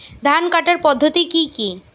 ধান কাটার পদ্ধতি কি কি?